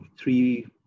three